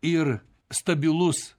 ir stabilus